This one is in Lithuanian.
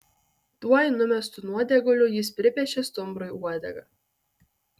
tuoj numestu nuodėguliu jis pripiešė stumbrui uodegą